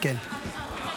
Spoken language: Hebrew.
אז רגע,